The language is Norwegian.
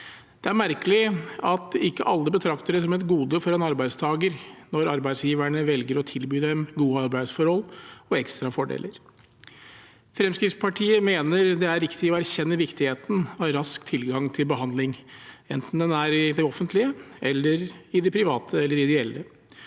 Det er merkelig at ikke alle betrakter det som et gode for en arbeidstaker når arbeidsgiverne velger å tilby dem gode arbeidsforhold og ekstra fordeler. Fremskrittspartiet mener det er riktig å erkjenne viktigheten av rask tilgang til behandling, enten den er i det offentlige, private eller ideelle,